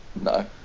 No